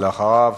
ואחריו,